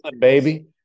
baby